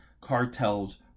cartels